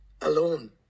alone